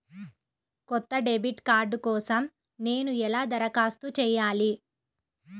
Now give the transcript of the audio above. కొత్త debit card కోసం నేను ఎలా దరఖాస్తు చేయాలి?